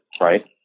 right